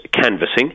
canvassing